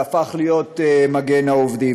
והפך להיות מגן העובדים.